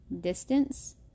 distance